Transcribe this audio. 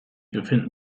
befinden